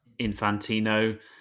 Infantino